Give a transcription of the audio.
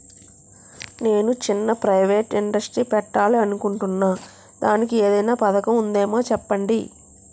నేను చిన్న private industry పెట్టాలి అనుకుంటున్నా దానికి ఏదైనా పథకం ఉందేమో చెప్పండి?